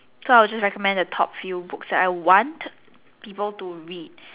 so I will just recommend the top few books that I want people to read